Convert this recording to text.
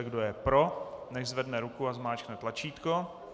Kdo je pro, nechť zvedne ruku a zmáčkne tlačítko.